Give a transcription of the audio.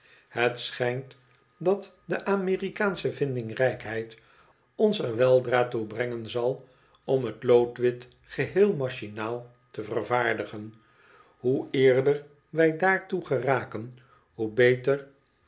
het schijnt dat de amerikaansche vindingrijkheid ons er weldra toe brengen zal om het loodwit geheel machinaal te vervaardigen hoe eerder wij daartoe geraken hoe beter